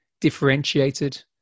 differentiated